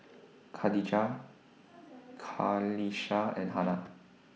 Khadija Qalisha and Hana